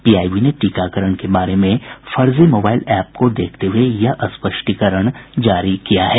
PIB ने टीकाकरण के बारे में फर्जी मोबाइल एप को देखते हुए यह स्पष्टीकरण जारी किया है